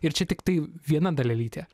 ir čia tiktai viena dalelytė